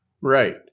Right